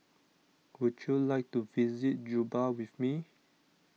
would you like to visit Juba with me